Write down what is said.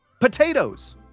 Potatoes